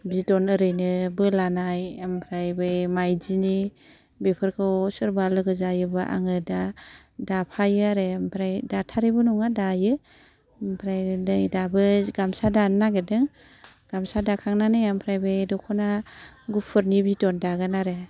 बिदन ओरैनो बोलानाय ओमफ्राय बे माइदिनि बेफोरखौ सोरबा लोगो जायोबा आङो दा दाफायो आरो ओमफ्राय दाथारैबो नङा दायो ओमफ्राय नै दाबो जि गामसा दानो नागिरदों गामसा दाखांनानै आमफ्राय बे दख'ना गुफुरनि बिदन दागोन आरो